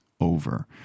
over